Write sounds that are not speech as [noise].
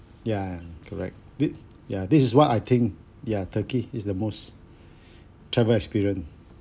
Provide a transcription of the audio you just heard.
ya correct this yeah this is what I think ya turkey is the most [breath] travel experience